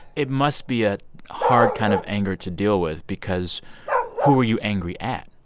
it must be a hard kind of anger to deal with because who are you angry at?